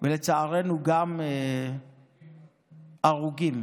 לצערנו היו גם הרוגים,